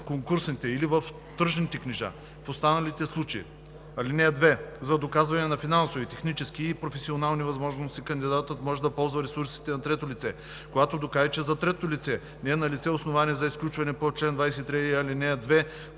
конкурсните или в тръжните книжа – в останалите случаи. (2) За доказване на финансови, технически и професионални възможности кандидатът може да ползва ресурсите на трето лице, когато докаже, че за третото лице не е налице основание за изключване по чл. 23, ал. 2,